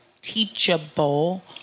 teachable